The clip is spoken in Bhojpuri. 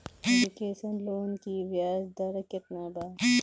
एजुकेशन लोन की ब्याज दर केतना बा?